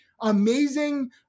amazing